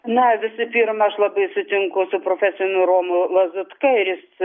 na visų pirma aš labai sutinku su profesorium romu lazutka ir jis